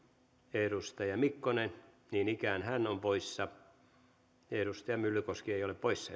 edustaja mikkonen niin ikään hän on poissa edustaja myllykoski ei ole poissa